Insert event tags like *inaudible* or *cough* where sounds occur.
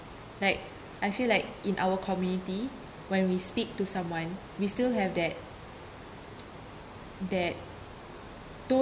like I feel like in our community when we speak to someone we still have that *noise* that